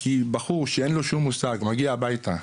כי בחור שאין לו שום מושג, מגיע הביתה,